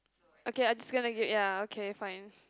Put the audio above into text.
okay I'm just gonna get ya okay fine